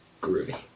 Groovy